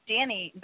Danny